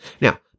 Now